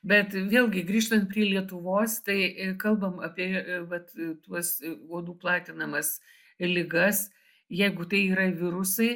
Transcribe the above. bet vėlgi grįžtant prie lietuvos tai kalbam apie ir vat tuos uodų platinamas ligas jeigu tai yra virusai